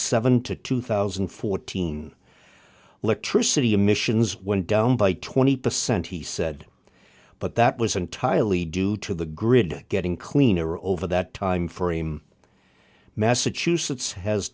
seven to two thousand and fourteen electricity emissions went down by twenty percent he said but that was entirely due to the grid getting cleaner over that timeframe massachusetts has